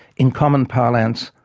in common parlance,